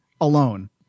alone